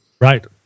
right